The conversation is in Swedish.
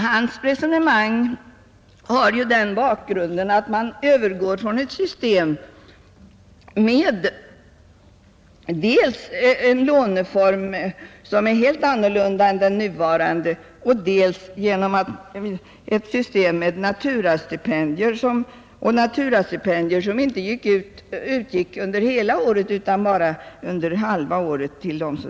Hans resonemang har ju den bakgrunden att man övergick från ett system med dels en låneform som var helt annorlunda än den nuvarande, dels naturastipendier, som inte utgick till de studerande under hela året utan bara under halva året.